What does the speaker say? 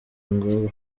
ngo